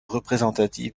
représentatif